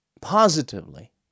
Positively